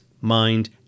mind